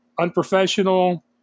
unprofessional